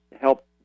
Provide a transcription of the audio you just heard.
help